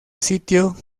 sitio